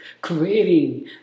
creating